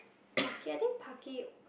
parquet I think parquet